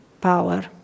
power